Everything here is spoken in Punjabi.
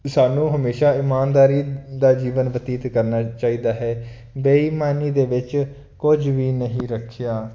ਸਾਨੂੰ ਹਮੇਸ਼ਾਂ ਇਮਾਨਦਾਰੀ ਦਾ ਜੀਵਨ ਬਤੀਤ ਕਰਨਾ ਚਾਹੀਦਾ ਹੈ ਬੇਈਮਾਨੀ ਦੇ ਵਿੱਚ ਕੁਝ ਵੀ ਨਹੀਂ ਰੱਖਿਆ